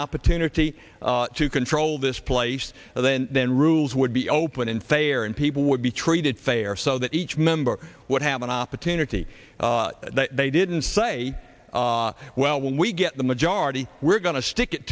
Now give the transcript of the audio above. opportunity to control this place then then rules would be open and fair and people would be treated fair so that each member would have an opportunity that they didn't say well when we get the majority we're going to stick it